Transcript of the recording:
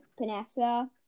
Panessa